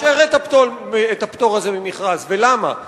מי מאשר את הפטור הזה ממכרז ולמה?